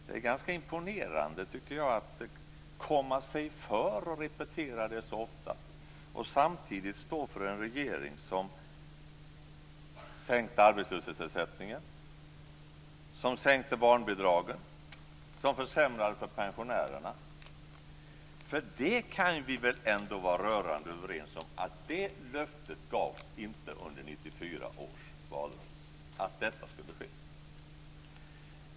Det är ganska imponerande, tycker jag, att komma sig för att repetera det så ofta och samtidigt stå för en regering som sänkte arbetslöshetsersättningen, som sänkte barnbidragen och som försämrade för pensionärerna. Vi kan väl ändå vara rörande överens om att man under 1994 års valrörelse inte gav något löfte om att detta skulle ske.